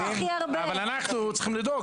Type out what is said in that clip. בוסו,